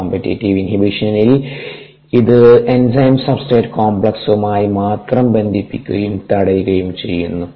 competitive ഇൻഹിബിഷനിൽ ഇത് enzyme substrate കോംപ്ലക്സുമായി മാത്രം ബന്ധിപ്പിക്കുകയും തടയുകയും ചെയ്യുന്നു